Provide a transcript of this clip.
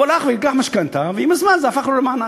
הלך ולקח משכנתה ועם הזמן זה הפך לו למענק.